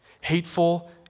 hateful